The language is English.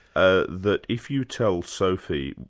ah that if you tell sophie,